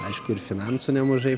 aišku ir finansų nemažai